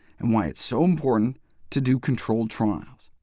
and why it's so important to do controlled trials.